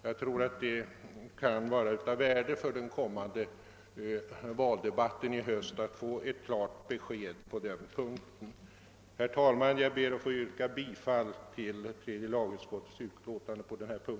Jag tror att det kunde vara av värde för den kommande valdebatten i höst att man får ett klart besked på den punkten. Herr talman! Jag ber att få yrka bifall till tredje lagutskottets hemställan.